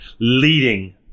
leading